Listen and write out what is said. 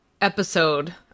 episode